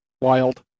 Wild